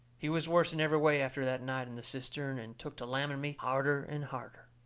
he was worse in every way after that night in the cistern, and took to lamming me harder and harder.